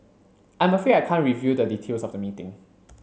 I'm afraid I can't reveal the details of the meeting